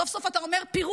סוף- סוף אתה אומר "פירוז".